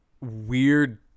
weird